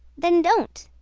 then don't,